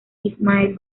ismael